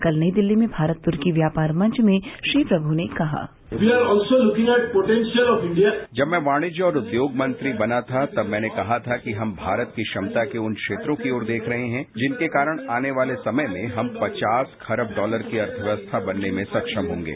कल नई दिल्ली में भारत तुर्की व्यापार मंच में श्री प्रमु ने कहा जब मैं वाणिज्य और उद्योग मंत्री बना था तब मैंने कहा था कि हम भारत की क्षमता के उन क्षेत्रों की ओर देख रहे हैं जिनके कारण आने वाले समय में हम पचास खरब डॉलर की अर्थव्यक्स्था बनने में सक्षम होंगे